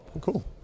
cool